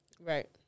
Right